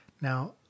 now